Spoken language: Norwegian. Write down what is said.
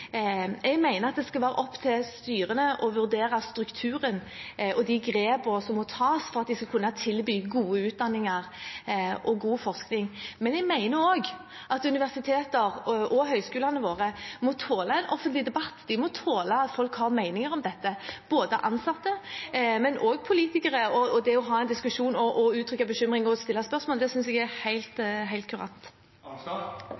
Jeg mener det skal være opp til styrene å vurdere strukturen og grepene som må tas for at de skal kunne tilby gode utdanninger og god forskning. Men jeg mener også at universitetene og høyskolene våre må tåle en offentlig debatt. De må tåle at folk, både ansatte og politikere, har meninger om dette. Det å ha en diskusjon, uttrykke bekymring og stille spørsmål synes jeg er